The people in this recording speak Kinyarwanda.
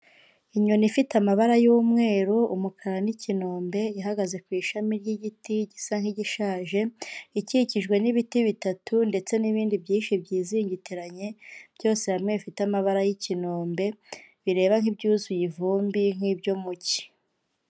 Inyoni ifite amabara y'umweru, umukara n'ikinombe, ihagaze ku ishami ry'igiti gisa nk'igishaje, ikikijwe n'ibiti bitatu ndetse n'ibindi byinshi byizingitiranye, byose hamwe bifite amabara y'ikinombe bireba nk'ibyuzuye ivumbi nk'ibyo mu Cyi.